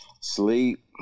Sleep